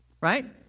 Right